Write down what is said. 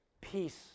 peace